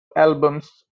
albums